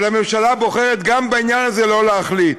אבל הממשלה בוחרת גם בעניין הזה לא להחליט.